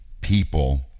people